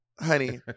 honey